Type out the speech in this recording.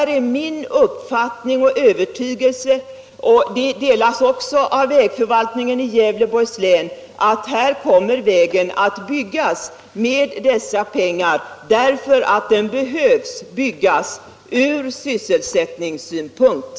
Det är min uppfattning och övertygelse — som också delas av vägförvaltningen i Gävleborgs län — att vägen kommer att byggas med dessa pengar därför att den behövs ur sysselsättningssynpunkt.